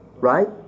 right